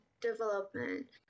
development